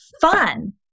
fun